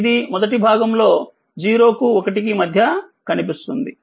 ఇది మొదటి భాగంలో 0కు1 కి మధ్య కనిపిస్తుంది